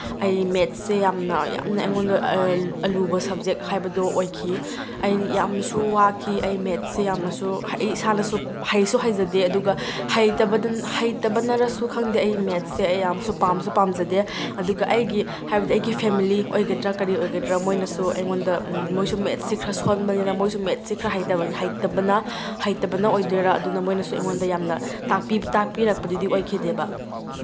ꯑꯩ ꯃꯦꯠꯁꯁꯦ ꯌꯥꯝꯅ ꯌꯥꯝꯅ ꯑꯩꯉꯣꯟꯗ ꯑꯂꯨꯕ ꯁꯕꯖꯦꯛ ꯍꯥꯏꯕꯗꯣ ꯑꯣꯏꯈꯤ ꯑꯩ ꯌꯥꯝꯅꯁꯨ ꯋꯥꯈꯤ ꯑꯩ ꯃꯦꯠꯁꯁꯦ ꯌꯥꯝꯅꯁꯨ ꯑꯩ ꯏꯁꯥꯗꯁꯨ ꯍꯩꯁꯨ ꯍꯩꯖꯗꯦ ꯑꯗꯨꯒ ꯍꯩꯇꯕꯅꯔꯁꯨ ꯈꯪꯗꯦ ꯑꯩ ꯃꯦꯠꯁꯁꯦ ꯑꯩ ꯌꯥꯝꯁꯨ ꯄꯥꯝꯁꯨ ꯄꯥꯝꯖꯗꯦ ꯑꯗꯨꯒ ꯑꯩꯒꯤ ꯍꯥꯏꯕꯗꯤ ꯑꯩꯒꯤ ꯐꯦꯃꯦꯂꯤ ꯑꯣꯏꯒꯗ꯭ꯔꯥ ꯀꯔꯤ ꯑꯣꯏꯒꯗ꯭ꯔꯥ ꯃꯣꯏꯅꯁꯨ ꯑꯩꯉꯣꯟꯗ ꯃꯣꯏꯁꯨ ꯃꯦꯠꯁꯁꯤ ꯈꯔ ꯁꯣꯟꯕꯅꯤꯅ ꯃꯣꯏꯁꯨ ꯃꯦꯠꯁꯁꯤ ꯈꯔ ꯇꯕꯅ ꯍꯦꯇꯕꯅ ꯑꯣꯏꯗꯣꯏꯔ ꯑꯗꯨꯅ ꯃꯣꯏꯅꯁꯨ ꯑꯩꯉꯣꯟꯗ ꯌꯥꯝꯅ ꯇꯥꯛꯄꯤꯔꯛꯄꯗꯨꯗꯤ ꯑꯣꯏꯈꯤꯗꯦꯕ